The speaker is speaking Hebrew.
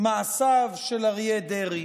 מעשיו של אריה דרעי.